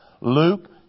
Luke